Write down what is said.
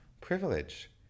privilege